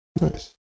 nice